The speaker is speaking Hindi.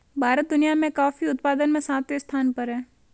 भारत दुनिया में कॉफी उत्पादन में सातवें स्थान पर है